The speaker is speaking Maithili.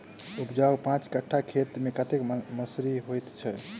उपजाउ पांच कट्ठा खेत मे कतेक मसूरी होइ छै?